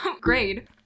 Grade